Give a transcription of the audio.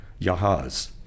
Yahaz